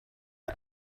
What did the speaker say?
are